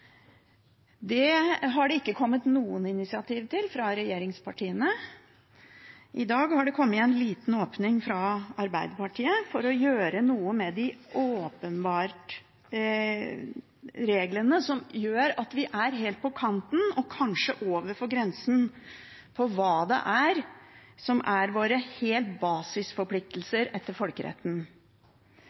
Det har det ikke kommet noen initiativ til fra regjeringspartiene. I dag har det kommet en liten åpning fra Arbeiderpartiet, for å gjøre noe med reglene som gjør at vi er helt på kanten av og kanskje over grensen for hva som er våre basisforpliktelser etter folkeretten.